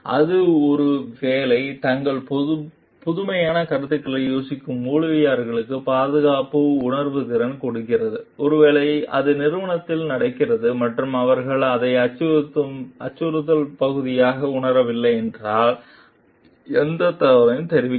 அது ஒருவேளை தங்கள் புதுமையான கருத்துக்கள் யோசிக்க ஊழியர்கள் பாதுகாப்பு உணர்வு நிறைய கொடுக்கிறது ஒருவேளை அது நிறுவனத்தில் நடக்கிறது மற்றும் அவர்கள் அதை அச்சுறுத்தல் பகுதியாக உணரவில்லை என்றால் எந்த தவறு தெரிவிக்க